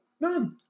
none